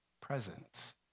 presence